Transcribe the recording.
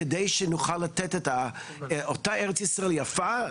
על מנת שנוכל לתת את אותה ארץ ישראל יפה,